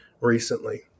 recently